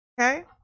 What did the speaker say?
Okay